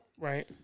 Right